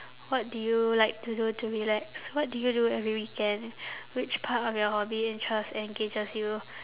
what do you like to do to relax what do you do every weekend which part of your hobby interest and engages you